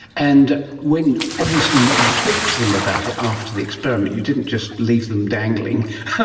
and when obviously you talk to them about it after the experiment, you didn't just leave them dangling,